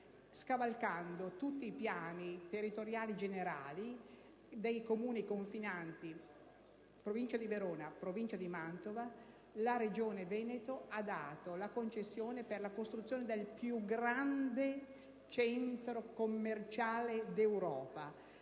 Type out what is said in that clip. Scavalcando tutti i piani territoriali generali dei Comuni confinanti, Provincia di Verona e Provincia di Mantova, la Regione Veneto ha dato la concessione per la costruzione del più grande centro commerciale d'Europa